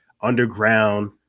underground